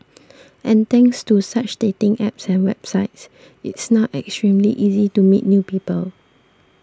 and thanks to such dating apps and websites it's now extremely easy to meet new people